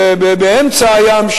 באמצע הים,